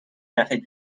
نفع